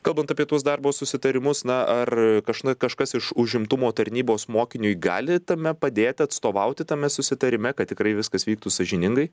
kalbant apie tuos darbo susitarimus na ar kažkada kažkas iš užimtumo tarnybos mokiniui gali tame padėti atstovaut tame susitarime kad tikrai viskas vyktų sąžiningai